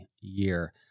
year